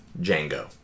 Django